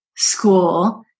School